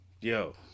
yo